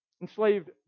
enslaved